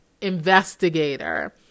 investigator